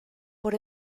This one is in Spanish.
por